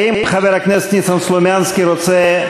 האם חבר הכנסת ניסן סלומינסקי רוצה,